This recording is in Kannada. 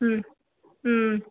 ಹ್ಞೂ ಹ್ಞೂ